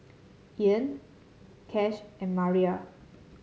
Ean Cash and Maria